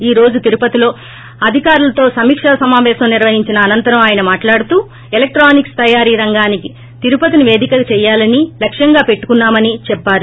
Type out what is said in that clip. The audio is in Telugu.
ఈ రోజు తిరుపతిలో అధికారులతో సమీక్ష సమాపేశం నిర్వహించిన అనంతరం ఆయన మాట్లాడుతూ ఎలక్టానిక్స్ తయారి రంగానికి తిరుపతిని పేదిక చేయాలసే లక్కంగా పెట్టుకున్నామని చెవ్చారు